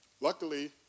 Luckily